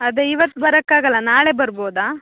ಅದು ಇವತ್ತು ಬರೋಕ್ಕಾಗಲ್ಲ ನಾಳೆ ಬರ್ಬೋದಾ